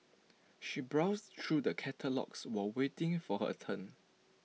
she browsed through the catalogues while waiting for her turn